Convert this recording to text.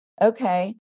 okay